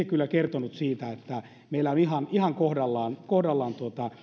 kyllä kertoneet siitä että meillä olisi ihan kohdallaan kohdallaan